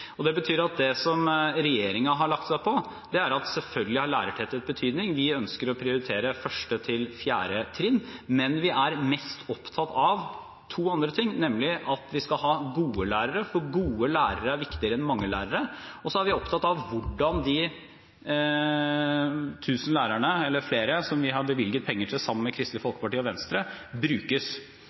Det betyr at det regjeringen har lagt seg på, er at lærertetthet selvfølgelig har betydning. Vi ønsker å prioritere 1.–4. trinn, men vi er mest opptatt av to andre ting, nemlig at vi skal ha gode lærere, for gode lærere er viktigere enn mange lærere, og så er vi opptatt av hvordan de tusen lærerne – eller flere – som vi har bevilget penger til sammen med Kristelig Folkeparti og Venstre, brukes.